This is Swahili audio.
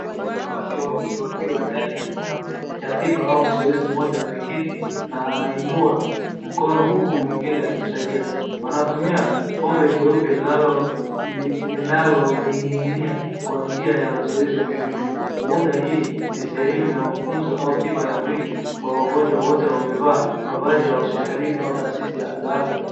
Wanawake wawili wakiwa ndani ya chumba cha tiba au mazoezi mmoja ameketi na anainua mkono huku mwingine akimsaidia. Wanatumia pombe jeupe linalo linaning'inia kwa njia ya mazoezi ya miwili. Uunda hii ni sehemu ya mfunzo au tiba ya mwili kwa wagonjwa wote wamevaa mavazi ya hospitalini au taasisi za afya.